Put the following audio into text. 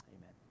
amen